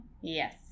yes